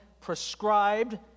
prescribed